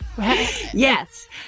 Yes